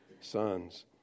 sons